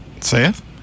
Seth